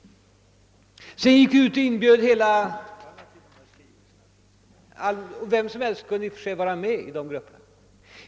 Vem som helst kunde i och för sig vara med i dessa grupper.